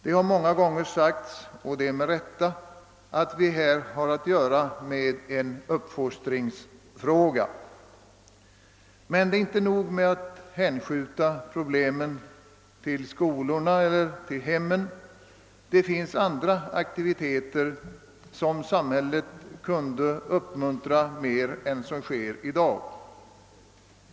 Det har många gånger sagts — och det med rätta — att vi här har att göra med en uppfostringsfråga. Men det är inte nog att hänskjuta problemen till skolorna eller till hemmen. Det finns andra aktiviteter, som samhället kunde uppmuntra mer än som sker i dag.